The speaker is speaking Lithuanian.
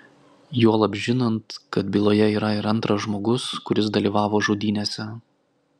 juolab žinant kad byloje yra ir antras žmogus kuris dalyvavo žudynėse